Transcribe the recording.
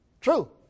True